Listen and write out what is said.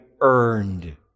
earned